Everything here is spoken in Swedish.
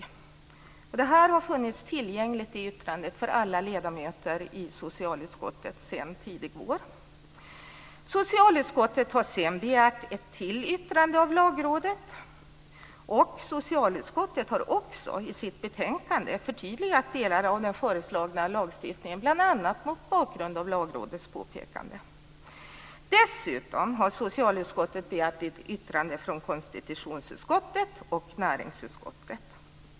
Yttrandet har funnits tillgängligt för alla ledamöter i socialutskottet sedan tidig vår. Socialutskottet har sedan begärt ett till yttrande av Lagrådet. Socialutskottet har också i sitt betänkande förtydligat delar av den föreslagna lagstiftningen, bl.a. mot bakgrund av Lagrådets påpekande. Dessutom har socialutskottet begärt ett yttrande från konstitutionsutskottet och från näringsutskottet.